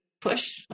push